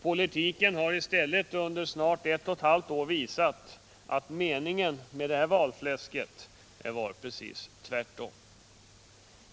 Politiken har i stället under snar ett och ett halvt år visat att meningen med valfläsket var precis den motsatta.